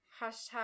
Hashtag